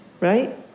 right